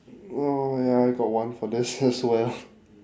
oh ya I got one for this as well